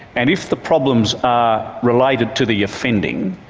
and if the problems are related to the offending,